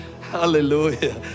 Hallelujah